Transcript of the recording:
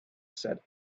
said